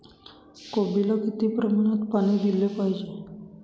कोबीला किती प्रमाणात पाणी दिले पाहिजे?